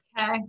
Okay